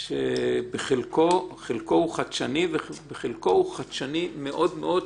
שבחלקו הוא חדשני ובחלקו הוא חדשני מאוד מאוד,